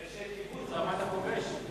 אז למה אתה כובש?